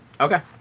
Okay